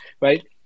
Right